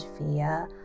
via